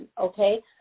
Okay